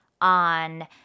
on